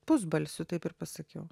pusbalsiu taip ir pasakiau